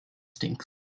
stinks